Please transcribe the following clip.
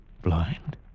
Blind